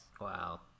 Wow